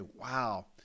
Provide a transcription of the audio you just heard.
wow